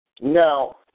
Now